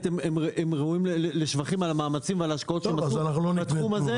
הם ראויים לשבחים על המאמצים וההשקעות שהם עשו בתחום הזה,